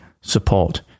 support